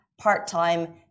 part-time